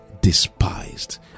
despised